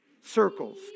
circles